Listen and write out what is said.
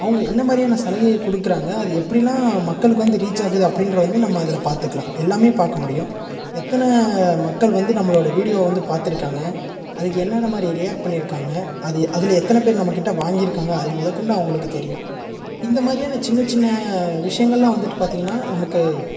அவங்க என்ன மாதிரியான சலுகையை கொடுக்குறாங்க அது எப்படிலாம் மக்களுக்கு வந்து ரீச்சாகுது அப்படின்றது வந்து நம்ம அதில் பார்த்துக்கலாம் எல்லாமே பார்க்க முடியும் எத்தனை மக்கள் வந்து நம்மளோடய வீடியோ வந்து பார்த்துருக்காங்க அதுக்கு என்னென்ன மாதிரி ரியாக்ட் பண்ணியிருக்காங்க அது அதில் எத்தனை பேர் நம்மகிட்ட வாங்கியிருக்காங்க அது முத கொண்டு அவங்களுக்கு தெரியும் இந்த மாதிரியான சின்ன சின்ன விஷயங்கள்லாம் வந்துட்டு பார்த்திங்கனா நமக்கு